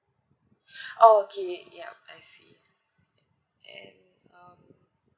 okay ya I see and um